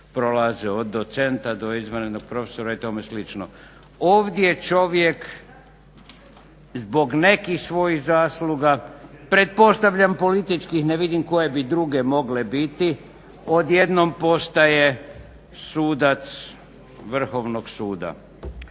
od docenta do izvanrednog profesora i tome slično. Ovdje čovjek zbog nekih svojih zasluga pretpostavljam političkih, ne vidim koje bi druge mogle biti odjednom postaje sudac Vrhovnog suda.